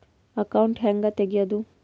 Account ಹ್ಯಾಂಗ ತೆಗ್ಯಾದು?